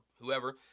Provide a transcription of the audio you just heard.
whoever